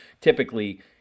typically